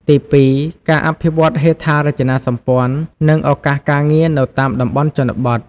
ទីពីរ ការអភិវឌ្ឍន៍ហេដ្ឋារចនាសម្ព័ន្ធ និងឱកាសការងារនៅតាមតំបន់ជនបទ។